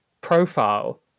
profile